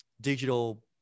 digital